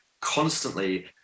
constantly